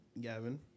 Gavin